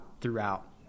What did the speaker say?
throughout